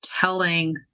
telling